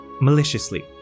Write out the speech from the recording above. maliciously